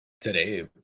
today